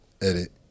Edit